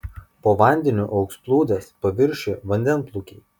po vandeniu augs plūdės paviršiuje vandenplūkiai